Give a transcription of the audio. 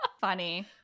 Funny